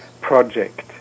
project